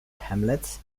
hamlets